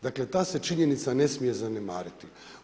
Dakle, ta se činjenica ne smije zanemariti.